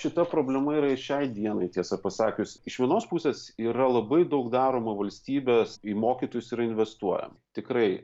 šita problema yra ir šiai dienai tiesą pasakius iš vienos pusės yra labai daug daroma valstybės į mokytojus yra investuojama tikrai